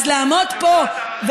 אז לעמוד פה,